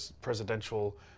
presidential